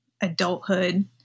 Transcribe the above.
adulthood